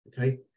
Okay